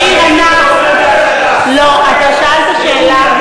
יאיר ענה, לא, אתה שאלת שאלה,